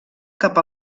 cap